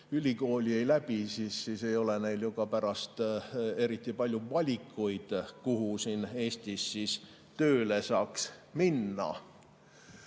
ülikooli ei läbi, siis ei ole neil ju ka pärast eriti palju valikuid, kuhu siin Eestis tööle saaks minna.